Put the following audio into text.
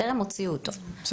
הם טרם הוציאו אותו,